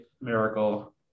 miracle